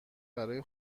برای